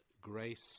Grace